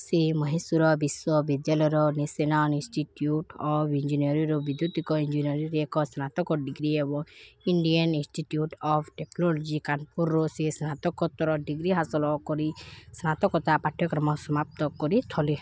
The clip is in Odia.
ସେ ମହୀଶୂର ବିଶ୍ୱବିଦ୍ୟାଲୟର ନ୍ୟାସନାଲ୍ ଇନଷ୍ଟିଚ୍ୟୁଟ୍ ଅଫ୍ ଇଞ୍ଜିନିୟରିଂରୁ ବୈଦ୍ୟୁତିକ ଇଞ୍ଜିନିୟରିଂରେ ଏକ ସ୍ନାତକ ଡ଼ିଗ୍ରୀ ଏବଂ ଇଣ୍ଡିଆନ୍ ଇନଷ୍ଟିଚ୍ୟୁଟ୍ ଅଫ୍ ଟେକ୍ନୋଲୋଜି କାନପୁର୍ରୁ ସିଏ ସ୍ନାତକୋତ୍ତର ଡ଼ିଗ୍ରୀ ହାସଲ କରି ସ୍ନାତକତା ପାଠ୍ୟକ୍ରମ ସମାପ୍ତ କରିଥଲେ